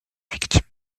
victime